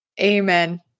Amen